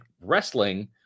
wrestling